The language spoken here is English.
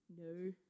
no